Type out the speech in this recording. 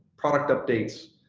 product updates,